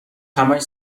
همش